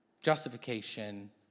justification